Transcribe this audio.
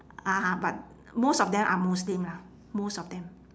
ah ha but most of them are muslim lah most of them